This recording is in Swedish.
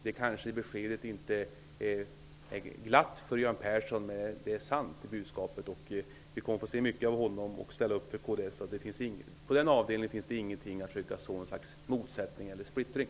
Det beskedet kanske inte är glatt för Göran Persson. Men det budskapet är sant. Vi kommer att få se mycket av honom, och han ställer upp för kds. På den avdelningen finns det ingen anledning att försöka så ett slags motsättning eller splittring.